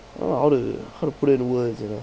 I don't how to how to put into words you know